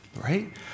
right